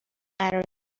قرار